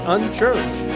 Unchurched